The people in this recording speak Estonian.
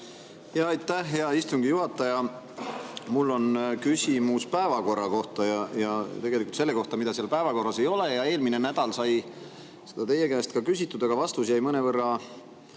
Aitäh, hea istungi juhataja! Mul on küsimus päevakorra kohta või tegelikult selle kohta, mida päevakorras ei ole. Eelmine nädal sai seda teie käest ka küsitud, aga vastus jäi mõnevõrra